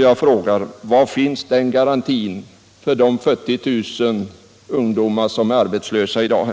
Jag frågar: Var finns den garantin för de 40 000 ungdomar som är arbetslösa i dag?